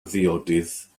ddiodydd